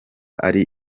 ari